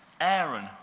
Aaron